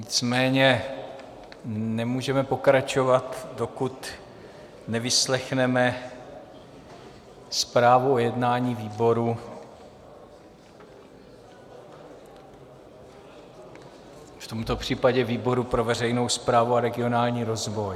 Nicméně nemůžeme pokračovat, dokud nevyslechneme zprávu o jednání výboru, v tomto případě výboru pro veřejnou správu a regionální rozvoj.